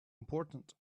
important